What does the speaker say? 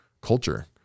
culture